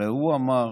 הייתי